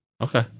Okay